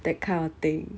that kind of thing